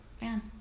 man